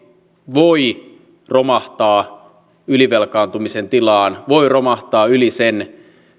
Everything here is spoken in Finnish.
voi romahtaa ylivelkaantumisen tilaan voi romahtaa yli sen